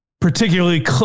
particularly